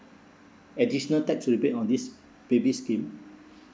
additional tax rebate on this baby scheme